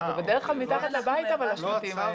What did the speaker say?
בדרך כלל זה מתחת לבית, השלטים האלה.